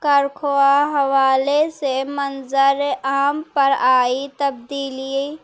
کارخواہ حوالے سے منظرعام پر آئی تبدیلی